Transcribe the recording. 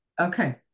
Okay